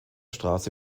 straße